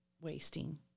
wasting